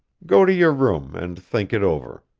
go to your room and think it over,